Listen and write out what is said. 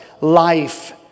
life